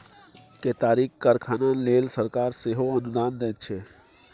केतारीक कारखाना लेल सरकार सेहो अनुदान दैत छै